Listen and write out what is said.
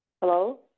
hello